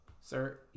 Sir